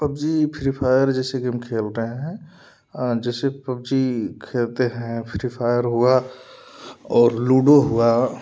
PUBG free fire जैसे game खेल रहे हैं आं जैसे पब्जी खेलते हैं फ्री फायर हुआ और लूडो हुआ